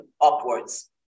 upwards